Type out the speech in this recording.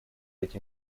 эти